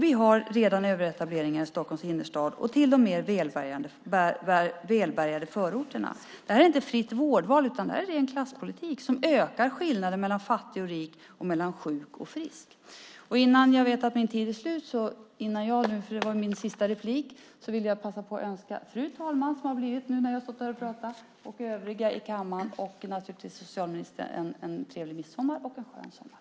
Vi har redan överetablering i Stockholms innerstad, till och med i välbärgade förorter. Det är inte ett fritt vårdval utan en klasspolitik som ökar skillnader mellan fattig och rik och mellan sjuk och frisk. Jag vill passa på att önska fru talmannen och övriga i kammaren och naturligtvis socialministern en trevlig midsommar och en skön sommar.